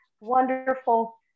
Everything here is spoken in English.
wonderful